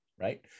right